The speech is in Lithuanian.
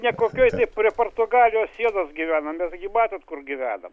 ne kokioj tai prie portugalijos sienos gyvenam betgi matot kur gyvenam